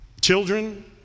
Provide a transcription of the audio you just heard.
children